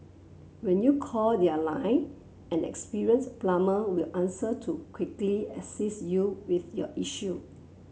when you call their line an experienced plumber will answer to quickly assist you with your issue